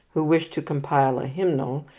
who wished to compile a hymnal,